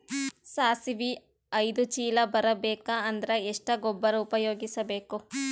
ಸಾಸಿವಿ ಐದು ಚೀಲ ಬರುಬೇಕ ಅಂದ್ರ ಎಷ್ಟ ಗೊಬ್ಬರ ಉಪಯೋಗಿಸಿ ಬೇಕು?